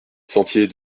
sentier